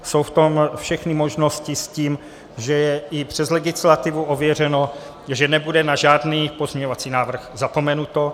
Jsou v tom všechny možnosti, s tím, že je i přes legislativu ověřeno, že nebude na žádný pozměňovací návrh zapomenuto.